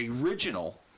original